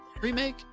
remake